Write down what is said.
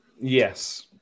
Yes